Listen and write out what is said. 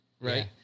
right